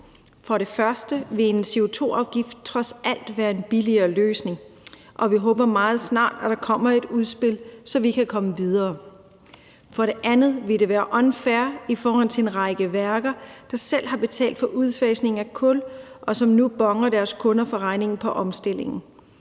For det første vil en CO2-afgift trods alt være en billigere løsning, og vi håber, at der meget snart kommer et udspil, så vi kan komme videre. For det andet vil det være unfair for en række værker, der selv har betalt for udfasning af kul, og som nu boner deres kunder for regningen på omstillingen.